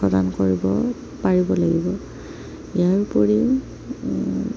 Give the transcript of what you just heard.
প্ৰদান কৰিব পাৰিব লাগিব ইয়াৰ উপৰিও